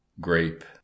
Grape